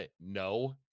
No